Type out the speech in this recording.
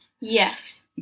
Yes